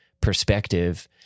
perspective